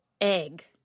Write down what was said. egg